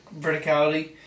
verticality